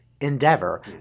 endeavor